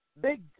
big